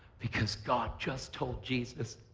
because god just told jesus,